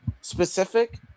specific